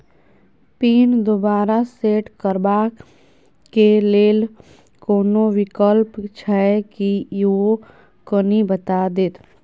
Pin दोबारा set करबा के लेल कोनो विकल्प छै की यो कनी बता देत?